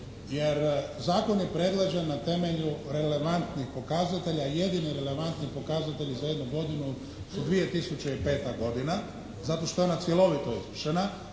jer zakon je predložen na temelju relevantnih pokazatelja i jedini relevantni pokazatelji za jednu godinu su 2005. godina zato što je ona cjelovito izvršena,